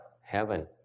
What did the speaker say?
Heaven